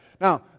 Now